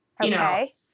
Okay